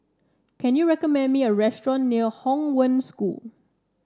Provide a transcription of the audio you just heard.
can you recommend me a restaurant near Hong Wen School